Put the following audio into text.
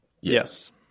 Yes